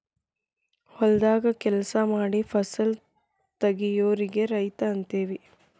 ಹೊಲದಾಗ ಕೆಲಸಾ ಮಾಡಿ ಫಸಲ ತಗಿಯೋರಿಗೆ ರೈತ ಅಂತೆವಿ